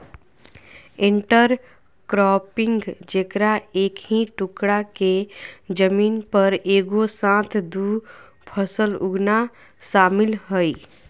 intercropping जेकरा एक ही टुकडा के जमीन पर एगो साथ दु फसल उगाना शामिल हइ